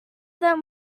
them